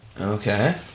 Okay